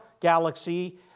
galaxy